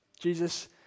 Jesus